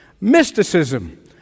mysticism